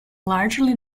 largely